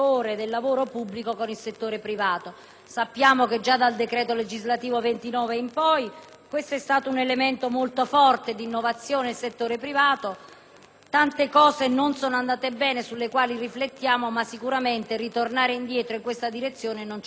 Sappiamo che già dal decreto legislativo n. 29 del 1993 in poi questo è stato un elemento molto forte di innovazione del settore privato. Tante cose non sono andate bene, su di esse riflettiamo, ma sicuramente tornare indietro in questa direzione non ci convince, pertanto voteremo negativamente.